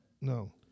No